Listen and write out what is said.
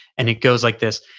and it goes like this,